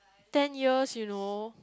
ten years you know